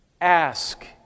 Ask